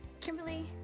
Kimberly